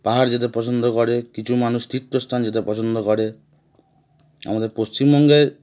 পাহাড় যেতে পছন্দ করে কিছু মানুষ তীর্থ স্থান যেতে পছন্দ করে আমাদের পশ্চিমবঙ্গের